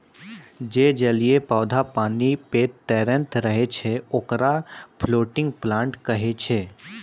जे जलीय पौधा पानी पे तैरतें रहै छै, ओकरा फ्लोटिंग प्लांट कहै छै